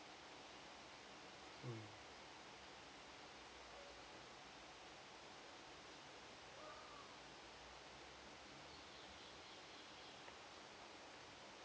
mm